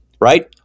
right